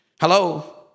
Hello